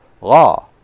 law